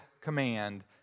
command